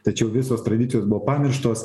tačiau visos tradicijos buvo pamirštos